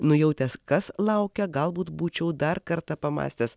nujautęs kas laukia galbūt būčiau dar kartą pamąstęs